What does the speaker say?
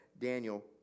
Daniel